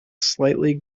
slightly